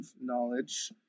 knowledge